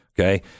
Okay